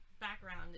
background